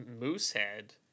Moosehead